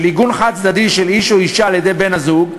עיגון חד-צדדי של איש או אישה על-ידי בן-הזוג,